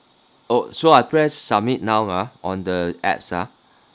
oh so I press submit now ah on the apps ah